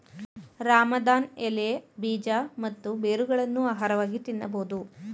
ರಾಮದಾನ್ ಎಲೆ, ಬೀಜ ಮತ್ತು ಬೇರುಗಳನ್ನು ಆಹಾರವಾಗಿ ತಿನ್ನಬೋದು